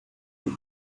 you